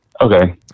Okay